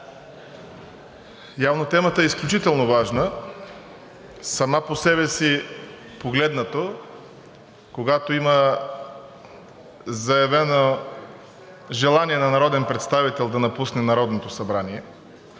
Явно темата е изключително важна. Сама по себе си погледната, когато има заявено желание на народен представител да напусне Народното събрание,